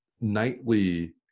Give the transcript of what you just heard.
nightly